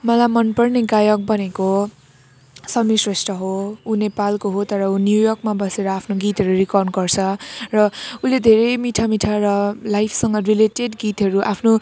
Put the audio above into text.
मलाई मनपर्ने गायक भनेको समीर श्रेष्ठ हो उ नेपालको हो तर ऊ न्युयोर्कमा बसेर आफ्नो गीतहरू रिकर्ड गर्छ र उसले धेरै मिठा मिठा र लाइफसँग रिलेटेड गीतहरू आफ्नो